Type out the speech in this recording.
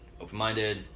open-minded